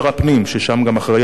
ששם גם אחראי למשטרה,